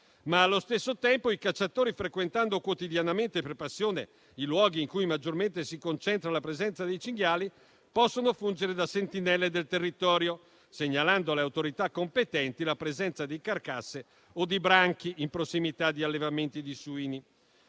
Allo stesso tempo, i cacciatori, frequentando quotidianamente per passione i luoghi in cui maggiormente si concentra la presenza dei cinghiali, possono fungere da sentinelle del territorio, segnalando alle autorità competenti la presenza di carcasse o di branchi in prossimità di allevamenti di suini.